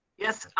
yes.